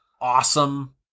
awesome